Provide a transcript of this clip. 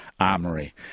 Armory